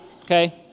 Okay